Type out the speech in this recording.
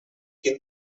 quin